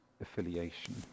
affiliation